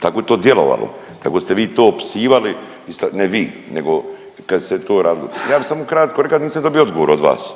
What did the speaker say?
tako je to djelovalo tako ste vi to opisivali, ne vi nego kad se to radilo. Ja bi samo kratko reka da nisam dobio odgovor od vas.